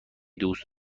دوست